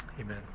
Amen